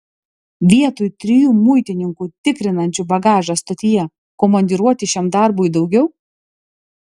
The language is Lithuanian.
vietoj trijų muitininkų tikrinančių bagažą stotyje komandiruoti šiam darbui daugiau